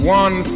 one